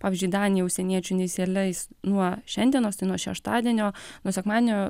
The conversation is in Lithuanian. pavyzdžiui danija užsieniečių neįsileis nuo šiandienos tai nuo šeštadienio nuo sekmadienio